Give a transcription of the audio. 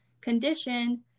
condition